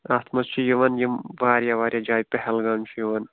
اَتھ منٛز چھِ یِوان یِم وارِیاہ وارِیاہ جایہِ پیٚہلگام چھُ یِوان